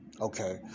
Okay